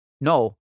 No